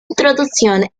introducción